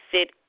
sit